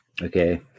okay